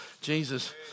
Jesus